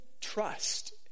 trust